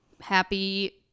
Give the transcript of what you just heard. happy